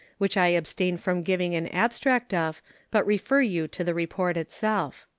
which i abstain from giving an abstract of, but refer you to the report itself.